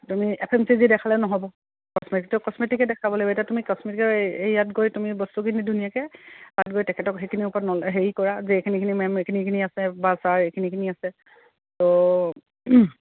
তুমি F M C G দেখালে নহ'ব কস্মেটিকটো কস্মেটিকে দেখাব লাগিব এতিয়া তুমি কস্মেটিকৰ এই ইয়াত গৈ তুমি বস্তুখিনি ধুনীয়াকৈ তাত গৈ তেখেতক সেইখিনিৰ ওপৰত হেৰি কৰা যে এইখিনি এইখিনি মেম এইখিনি এইখিনি আছে বা ছাৰ এইখিনি এইখিনি আছে ত'